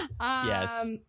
Yes